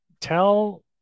tell